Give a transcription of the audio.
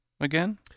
again